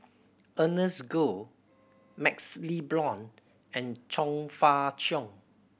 Ernest Goh MaxLe Blond and Chong Fah Cheong